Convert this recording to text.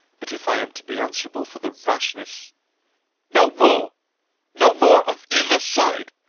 but if i am to be answerable for the rashness no more no more of either side,